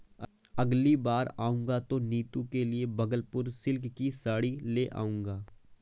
अगली बार आऊंगा तो नीतू के लिए भागलपुरी सिल्क की साड़ी ले जाऊंगा